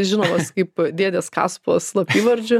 žinomas kaip dėdės kaspos slapyvardžiu